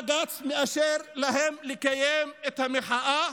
בג"ץ מאשר להם לקיים את המחאה